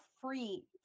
free